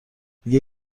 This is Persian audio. دیگه